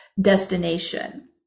destination